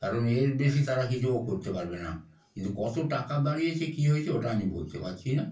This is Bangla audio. কারণ এর বেশি তারা কিছু ও করতে পারবে না কিন্তু কত টাকা বাড়িয়েছে কী হয়েছে ওটা আমি বলতে পারছি না